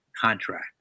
contract